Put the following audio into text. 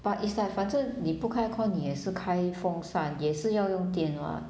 but it's like 反正你不开 air-con 你也是开风扇也是要用电 what